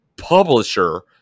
publisher